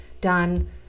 done